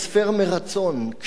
כשהפרט מהגר,